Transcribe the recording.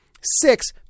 six